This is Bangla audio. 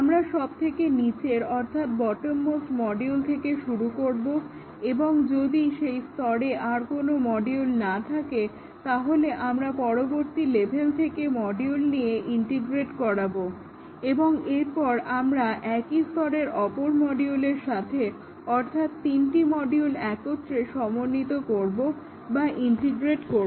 আমরা সবথেকে নিচের অর্থাৎ বটম মোস্ট মডিউল থেকে শুরু করব এবং যদি সেই স্তরে আর কোনো মডিউল না থাকে তাহলে আমরা পরবর্তী লেভেল থেকে মডিউল নিয়ে ইন্টিগ্রেট করাব এবং এরপর আমরা একই স্তরের অপর মডিউলের সাথে অর্থাৎ তিনটি মডিউল একত্রে সমন্বিত করব বা ইন্টিগ্রেট করব